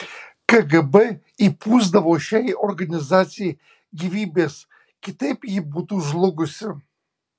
kgb įpūsdavo šiai organizacijai gyvybės kitaip ji būtų žlugusi